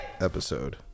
episode